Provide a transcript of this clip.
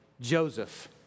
Joseph